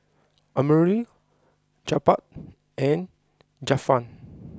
Amirul Jebat and Zafran